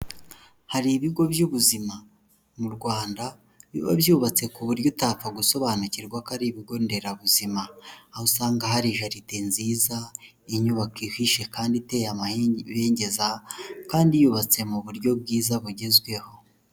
Hari ibigo by'ubuzima mu Rwanda, biba byubatse ku buryo utapfa gusobanukirwa ko ari ibigo nderabuzima, aho usanga hari jaride nziza, inyubako ihishe kandi iteye amabengeza, kandi yubatse mu buryo bwiza bugezweho.